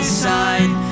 side